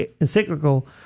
encyclical